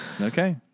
Okay